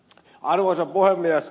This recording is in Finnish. arvoisa puhemies